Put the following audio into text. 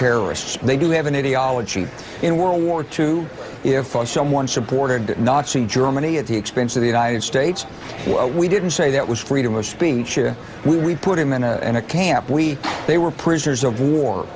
terrorists they do have an idiology in world war two if someone supported the nazi germany at the expense of the united states we didn't say that was freedom of speech we put him in a in a camp we they were prisoners of war